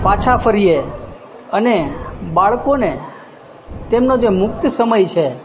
પાછાં ફરીએ અને બાળકોને તેમનો જે મુક્ત સમય છે